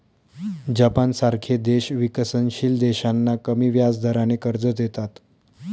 जपानसारखे देश विकसनशील देशांना कमी व्याजदराने कर्ज देतात